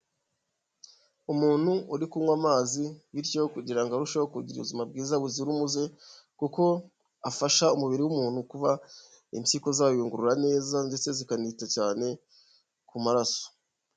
Umuntu uri kunywa amazi bityo kugira ngo arusheho kugira ubuzima bwiza buzira umuze kuko afasha umubiri w'umuntu kuba impyiko zayungurura neza ndetse zikanita cyane ku maraso.